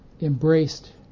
embraced